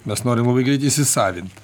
mes norim labai greitai įsisavint